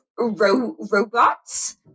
robots